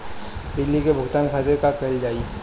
बिजली के भुगतान खातिर का कइल जाइ?